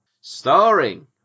starring